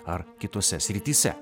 ar kitose srityse